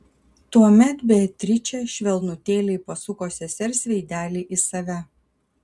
tuomet beatričė švelnutėliai pasuko sesers veidelį į save